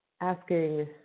asking